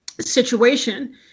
situation